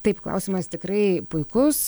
taip klausimas tikrai puikus